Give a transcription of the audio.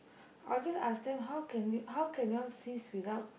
I'll just ask them how can how can you all cease without